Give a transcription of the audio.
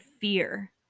fear